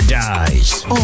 dies